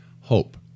hope